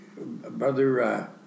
Brother